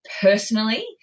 personally